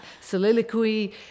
soliloquy